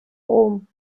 rom